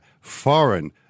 foreign